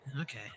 Okay